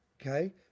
okay